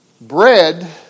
Bread